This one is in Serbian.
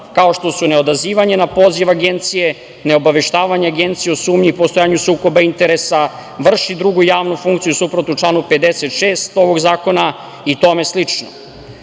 kao što su neodazivanje na poziv Agencije, neobaveštavanje Agencije o sumnji i postojanju sukoba interesa, vrši drugu javnu funkciju suprotno članu 56. ovog zakona i tome slično. Dakle,